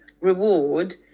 reward